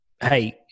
Hey